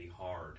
hard